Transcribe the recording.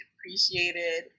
appreciated